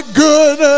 good